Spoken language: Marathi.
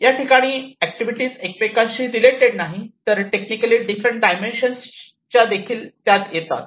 या ठिकाणी ऍक्टिव्हिटी एकमेकांशी रिलेटेड नाही तर टेक्निकली डिफरंट डायमेन्शन्स देखील त्यात येतात